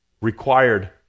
required